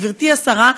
גברתי השרה,